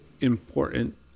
important